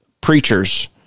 preachers